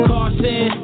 Carson